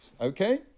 okay